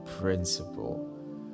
principle